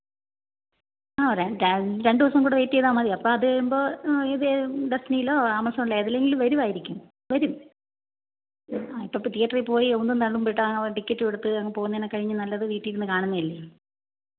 ആ രൺ രണ്ടു ദിവസം കൂടി വെയിറ്റ് ചെയ്താൽ മതി അപ്പം അതു കഴിയുമ്പോൾ ഇതു ഡെസ്നിയിലോ ആമസോണിലോ എതിലെങ്കിലും വരുമായിരിക്കും വരും ആ ഇപ്പം അപ്പം തിയേറ്ററിൽപ്പോയി ഉന്തും തള്ളും പെട്ടാൽ ടിക്കറ്റുമെടുത്ത് അങ്ങു പോകുന്നതിനെക്കാൾ നല്ലത് വീട്ടിലിരുന്നു കാണുന്നതല്ലേ